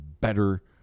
better